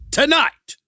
tonight